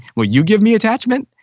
will you give me attachment?